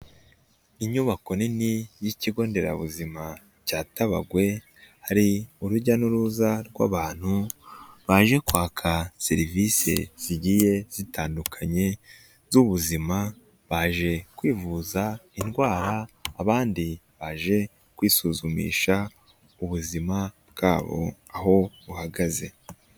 Inyubako nini y'ikigo nderabuzima cya Tabagwe hari urujya n'uruza rw'abantu baje kwaka serivise zigiye zitandukanye z'ubuzima baje kwivuza indwara abandi baje kwisuzumisha ubuzima bwabo aho buhagaze.